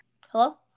Hello